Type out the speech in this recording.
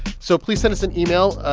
so please send us an email.